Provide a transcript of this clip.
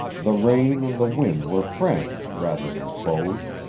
the rain and the wind were friends rather than foes.